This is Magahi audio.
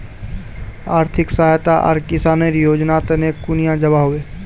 आर्थिक सहायता आर किसानेर योजना तने कुनियाँ जबा होबे?